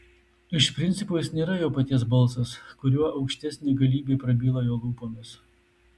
iš principo jis nėra jo paties balsas kuriuo aukštesnė galybė prabyla jo lūpomis